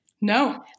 No